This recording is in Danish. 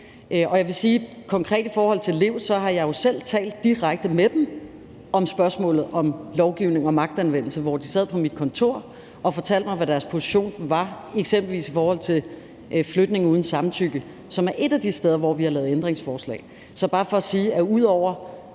i forhold til Lev har jeg jo selv talt direkte med dem om spørgsmålet om lovgivning og magtanvendelse, hvor de sad på mit kontor og fortalte mig, hvad deres position var, eksempelvis i forhold til flytning uden samtykke, som er et af de steder, hvor vi har lavet ændringsforslag.